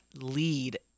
lead